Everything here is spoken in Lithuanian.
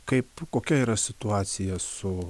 kaip kokia yra situacija su